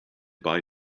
buy